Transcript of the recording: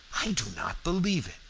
i do not believe it.